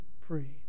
free